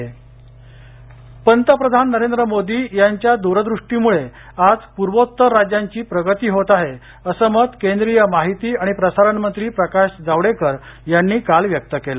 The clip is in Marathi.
जावडेकर पंतप्रधान नरेंद्र मोदी यांच्या दूरदृष्टीमुळे आज पुर्वोत्तर राज्यांची प्रगती होत आहे असं मत केंद्रीय माहिती आणि प्रसारणमंत्री प्रकाश जावडेकर यांनी काल व्यक्त केलं